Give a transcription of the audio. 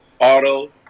auto